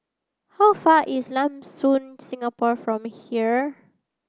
how far is Lam Soon Singapore from here